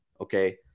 okay